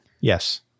Yes